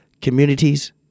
communities